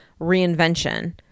reinvention